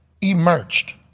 emerged